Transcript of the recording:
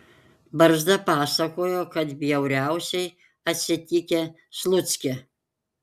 barzda pasakojo kad bjauriausiai atsitikę slucke